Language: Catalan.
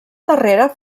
darrera